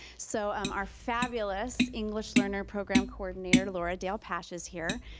so um our fabulous english learner program coordinator laura dalpache is here.